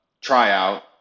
tryout